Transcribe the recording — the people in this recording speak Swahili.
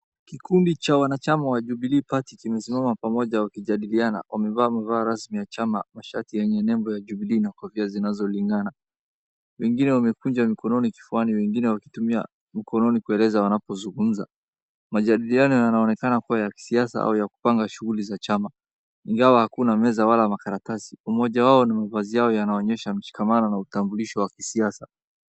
Kikundi cha wana chama wa Jubilee Party kimesimama pamoja wakijadiliana. Wamevaa mavao rasmi ya chama, mashati yenye nembo ya jubilee na kofia zinazolingana. Wengine wamekunja mikononi kifuani, wengine wakitumia mikononi kueleza wanapozungumza. Majadiliano yanaonekana kuwa ya kisiasa au ya kupanga shughuli za chama. Ingawa hakuna meza wala makaratasi, mmoja wao ana mavazi yao anawaonyesha mshikamano na utambulisho wa kisiasa.